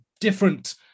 different